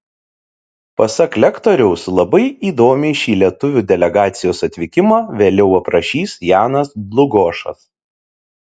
pasak lektoriaus labai įdomiai šį lietuvių delegacijos atvykimą vėliau aprašys janas dlugošas